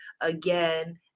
again